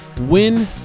win